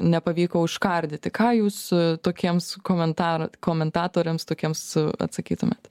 nepavyko užkardyti ką jūs su tokiems komentar komentatoriams tokiems atsakytumėt